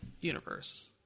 Universe